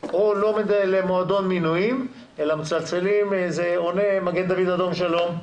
או למועדון מינוים, אלא עונה 'מגן דוד אדום שלום',